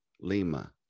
lima